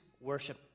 worship